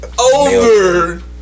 over